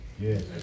Yes